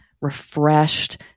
refreshed